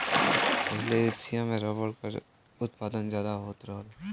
पहिले एसिया में रबर क उत्पादन जादा होत रहल